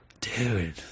dude